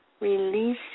releasing